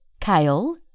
kale